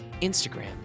Instagram